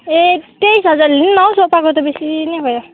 ए तेइस हजार लिनु नि हौ सोफाको त बेसी नै भयो